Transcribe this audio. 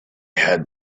had